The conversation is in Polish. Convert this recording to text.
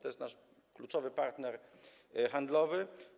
To jest nasz kluczowy partner handlowy.